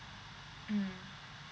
mm